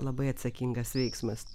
labai atsakingas veiksmas